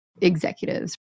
executives